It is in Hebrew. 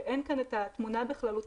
שאין כאן את התמונה בכללותה,